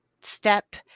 step